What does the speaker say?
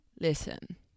listen